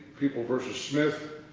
people versus smith.